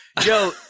Joe